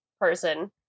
person